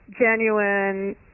genuine